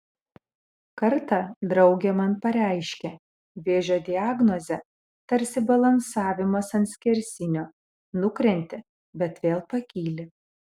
kartą draugė man pareiškė vėžio diagnozė tarsi balansavimas ant skersinio nukrenti bet vėl pakyli